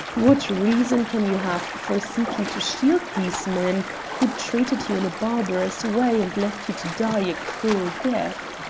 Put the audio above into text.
what reason can you have for seeking to shield these men who treated you in a barbarous way and left you to die a cruel death?